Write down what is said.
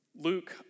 Luke